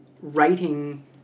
writing